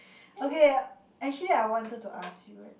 okay actually I wanted to ask you eh